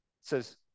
says